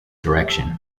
direction